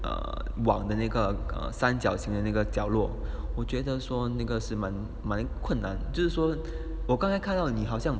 err 网的那个三角形的那个角落我觉得说那个蛮蛮困难就是说我刚才看到了你好像